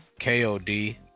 KOD